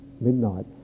midnight